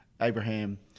Abraham